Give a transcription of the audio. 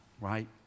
right